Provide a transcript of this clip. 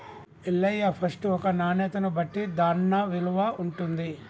Ellaiah first ఒక నాణ్యతను బట్టి దాన్న విలువ ఉంటుంది